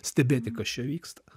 stebėti kas čia vyksta